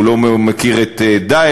הוא לא מכיר את "דאעש",